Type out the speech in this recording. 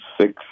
six